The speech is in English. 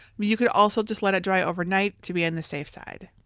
you could also just let it dry overnight to be on the safe side.